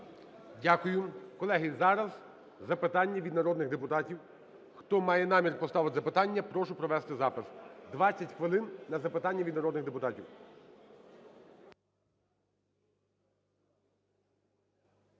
Дякую. Колеги, зараз запитання від народних депутатів. Хто має намір поставити запитання, прошу провести запис. 20 хвилин на запитання від народних депутатів.